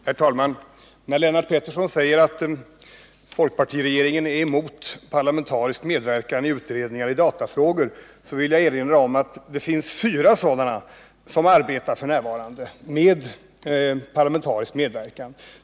Herr talman! Lennart Pettersson säger att folkpartiregeringen är emot parlamentarisk medverkan i utredningar om datafrågor. Jag vill då erinra om att det finns fyra sådana utredningar som arbetar f. n., och de arbetar med parlamentarisk medverkan.